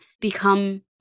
become